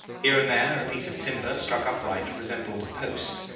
here and there a piece of timber, stuck upright, resembled a post.